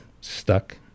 stuck